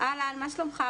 מה שלומך?